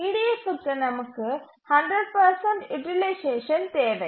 EDFக்கு நமக்கு 100 யூட்டிலைசேஷன் தேவை